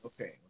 Okay